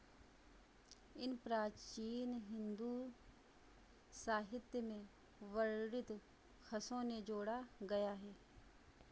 इन प्राचीन हिंदू साहित्य में वर्णित खसों ने जोड़ा गया है